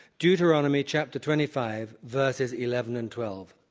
deuteronomy, chapter twenty five, verses eleven and twelve.